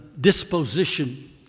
disposition